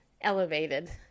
elevated